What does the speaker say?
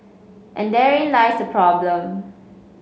and therein lies problem